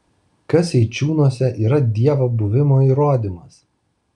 kas eičiūnuose yra dievo buvimo įrodymas